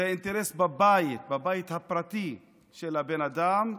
זה אינטרס בבית הפרטי של הבן אדם,